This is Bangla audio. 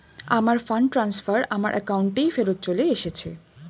আমার ফান্ড ট্রান্সফার আমার অ্যাকাউন্টেই ফেরত চলে এসেছে